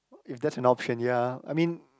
if that's an option ya I mean